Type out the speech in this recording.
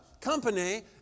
company